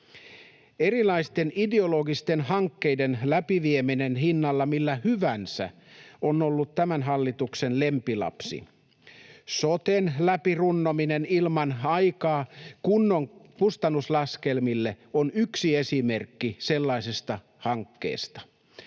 Erilaisten ideologisten hankkeiden läpivieminen hinnalla millä hyvänsä on ollut tämän hallituksen lempilapsi. Soten läpirunnominen ilman aikaa kunnon kustannuslaskelmille on yksi esimerkki sellaisesta hankkeesta.